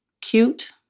Cute